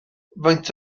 faint